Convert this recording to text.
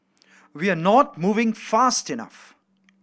we are not moving fast enough